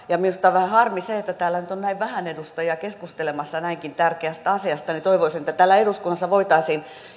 ja minusta on vähän harmi se että täällä nyt on näin vähän edustajia keskustelemassa näinkin tärkeästä asiasta ja toivoisin että täällä eduskunnassa voitaisiin